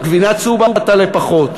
גבינה צהובה תעלה פחות,